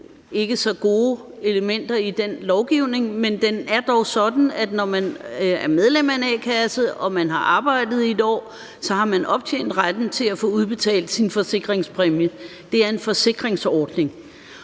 ikke så gode elementer i den lovgivning, men den er dog sådan, at når man er medlem af en a-kasse, og man har arbejdet i 1 år, så har man optjent retten til at få udbetalt sin forsikringspræmie – det er en forsikringsordning.